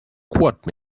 quote